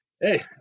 hey